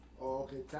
okay